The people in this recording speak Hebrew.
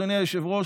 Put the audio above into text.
אדוני היושב-ראש,